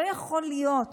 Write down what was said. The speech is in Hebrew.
לא יכול להיות